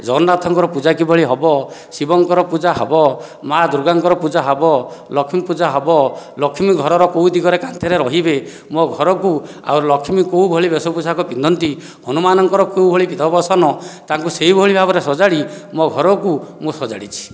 ଜଗନ୍ନାଥଙ୍କର ପୂଜା କିଭଳି ହେବ ଶିବଙ୍କର ପୂଜା ହେବ ମା' ଦୂର୍ଗାଙ୍କର ପୂଜା ହେବ ଲକ୍ଷ୍ନୀଙ୍କ ପୂଜା ହେବ ଲକ୍ଷ୍ମୀ ଘରର କେଉଁ ଦିଗରେ କାନ୍ଥରେ ରହିବେ ମୋ ଘରକୁ ଆଉ ଲକ୍ଷ୍ମୀ କେଉଁଭଳି ବେଶପୋଷାକ ପିନ୍ଧନ୍ତି ହନୁମାନଙ୍କର କେଉଁଭଳି ବିଧବସନ ତାଙ୍କୁ ସେହିଭଳି ଭାବରେ ସଜାଡ଼ି ମୋ ଘରକୁ ମୁଁ ସଜାଡ଼ିଛି